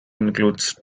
includes